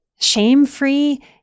shame-free